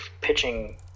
pitching